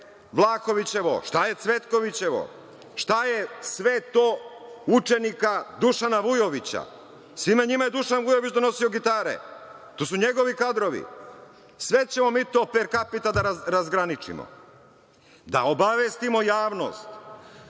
Vlahovićevo, šta je Cvetkovićevo, šta je sve to učenika Dušana Vujovića. Svima njima je Dušan Vujović donosio gitare. To su njegovi kadrovi. Sve ćemo mi to per capita da razgraničimo, da obavestimo javnost.